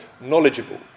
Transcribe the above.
knowledgeable